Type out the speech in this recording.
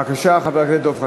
בבקשה, חבר הכנסת דב חנין.